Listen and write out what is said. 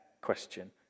question